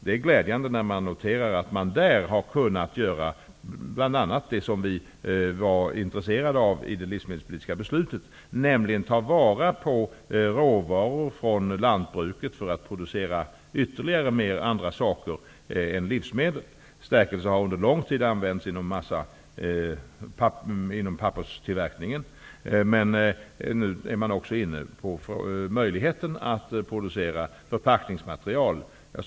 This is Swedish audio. Det är glädjande att notera att man där har kunnat göra bl.a. det som vi var intresserade av i det livsmedelspolitiska beslutet, nämligen att ta vara på råvaror från lantbruket för att producera andra saker än livsmedel. Stärkelse har under lång tid använts inom papperstillverkningen. Nu är man också inne på möjligheten att producera förpackningsmaterial.